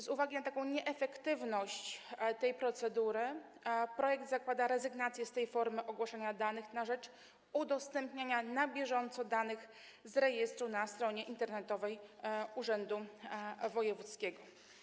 Z uwagi na nieefektywność tej procedury projekt zakłada rezygnację z tej formy ogłaszania danych na rzecz udostępniania na bieżąco danych z rejestru na stronie internetowej urzędu wojewódzkiego.